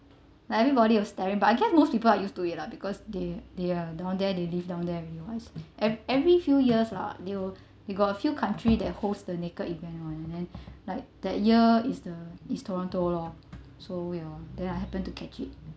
like everybody was staring but I guess most people are used to it lah because they they are down there they lived down there anyway ev~ every few years lah they will they got a few countries that host the naked event [one] and then like that year it's in toronto lor so well then I happened to catch it